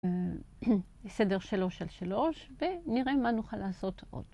בסדר שלוש על שלוש, ונראה מה נוכל לעשות עוד.